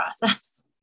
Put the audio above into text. process